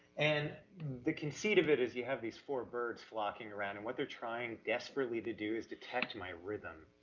and the conceit of it is, you have these four birds flocking around, and what they're trying desperately to do is detect my rhythm,